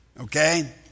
Okay